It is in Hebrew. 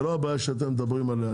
ולא הבעיה שאתם מדברים עליה,